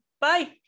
Bye